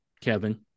Kevin